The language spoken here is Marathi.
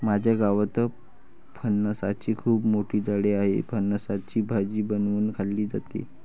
माझ्या गावात फणसाची खूप मोठी झाडं आहेत, फणसाची भाजी बनवून खाल्ली जाते